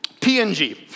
PNG